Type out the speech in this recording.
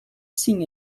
signe